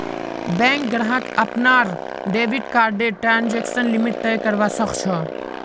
bank ग्राहक अपनार debit कार्डर ट्रांजेक्शन लिमिट तय करवा सख छ